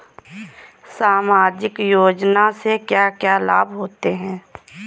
सामाजिक योजना से क्या क्या लाभ होते हैं?